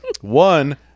One